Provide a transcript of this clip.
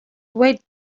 wait